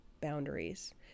boundaries